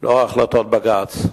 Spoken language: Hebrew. לפי החלטות בג"ץ.